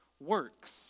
works